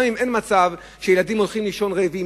גם אם אין מצב שילדים הולכים לישון רעבים,